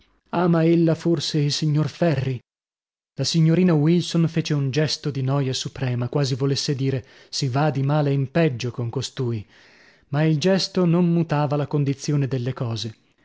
ama ella forse il signor ferri la signorina wilson fece un gesto di noia suprema quasi volesse dire si va di male in peggio con costui ma il gesto non mutava la condizione delle cose